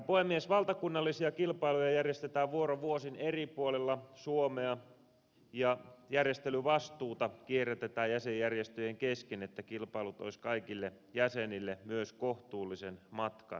valtakunnallisia kilpailuja järjestetään vuorovuosin eri puolilla suomea ja järjestelyvastuuta kierrätetään jäsenjärjestöjen kesken niin että kilpailut olisivat kaikille jäsenille myös kohtuullisen matkan päässä